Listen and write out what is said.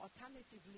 Alternatively